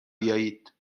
بیایید